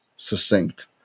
succinct